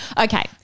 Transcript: Okay